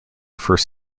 first